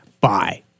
bye